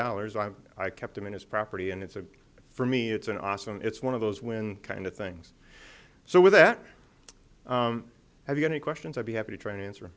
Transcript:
dollars i'm i kept him in his property and it's a for me it's an awesome it's one of those when kind of things so with that have you any questions i'll be happy to tr